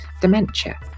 dementia